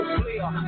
player